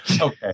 okay